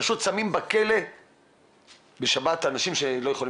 פשוט שמים בכלא בשבת את האנשים שלא יכולים